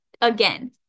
Again